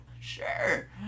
sure